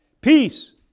Peace